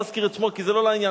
לא אזכיר את שמו כי זה לא לעניין,